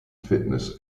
fitness